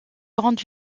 grande